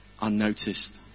unnoticed